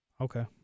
Okay